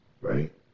Right